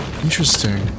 Interesting